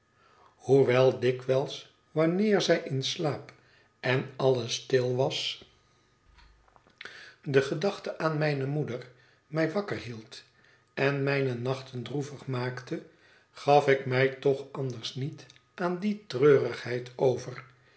hoewel dikwijls wanneer zij in slaap en alles stil was de gedachte aan mijne moeder mij wakker hield en mijne nachten droevig maakte gaf ik mij toch anders niet aan die treurigheid over